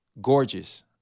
gorgeous